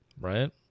Right